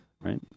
right